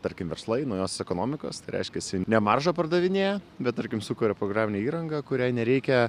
tarkim verslai naujosios ekonomikos tai reiškiasi ne maržą pardavinėja bet tarkim sukuria programinę įrangą kuriai nereikia